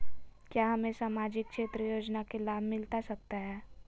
क्या हमें सामाजिक क्षेत्र योजना के लाभ मिलता सकता है?